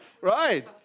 Right